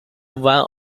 one